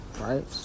right